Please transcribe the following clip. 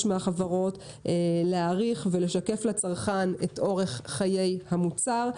מהחברות לשקף לצרכן את אורך חיי המוצר.